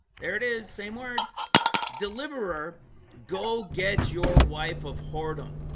there it is. same word deliverer go get your wife of whoredom.